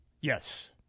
Yes